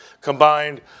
combined